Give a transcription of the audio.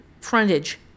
frontage